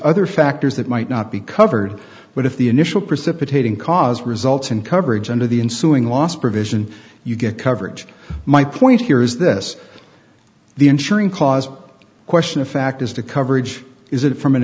other factors that might not be covered but if the initial precipitating cause results in coverage under the ensuing loss provision you get coverage my point here is this the insuring cause a question of fact as to coverage is it from an